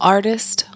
Artist